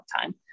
time